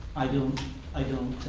i don't i don't